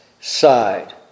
side